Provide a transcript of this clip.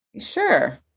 Sure